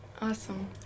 Awesome